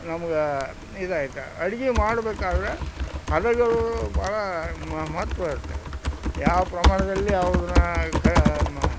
ನಮ್ಗೆ ಇದೈತೆ ಅಡಿಗೆ ಮಾಡಬೇಕಾದ್ರೆ ಹದಗಳು ಬಹಳ ಮಹತ್ವ ಇರುತ್ತೆ ಯಾವ ಪ್ರಮಾಣದಲ್ಲಿ ಯಾವ್ದನ್ನ ಕ ಮ